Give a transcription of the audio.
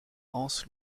anse